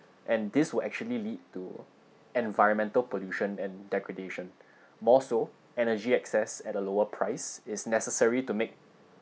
and this will actually lead to environmental pollution and degradation more so energy access at a lower price is necessary to make